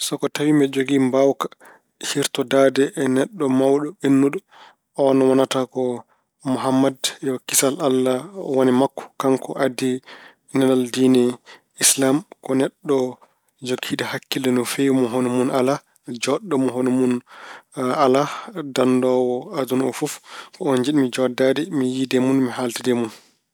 So ko tawi mbeɗa jogii mbaawka hiirtodaade e neɗɗo mawɗo, oon wonata ko Muhammad yo kisal Allah won e makko. Kanko addi nelal diine Islaam. Ko neɗɗo jogiiɗo hakkile no feewi, mo hono mun alaa, jooɗɗo mo hono mun alaa, danndoowo aduna oo fof. Ko oon njiɗmi jooɗdaade, mi yiydee mun, mi haaldidee mun.